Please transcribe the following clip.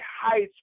heights